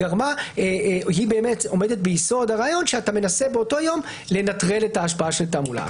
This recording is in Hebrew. זה עומד ביסוד הרעיון שאתה מנסה באותו יום לנטרל את ההשפעה של התעמולה.